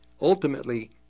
ultimately